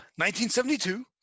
1972